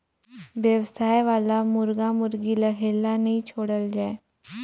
बेवसाय वाला मुरगा मुरगी ल हेल्ला नइ छोड़ल जाए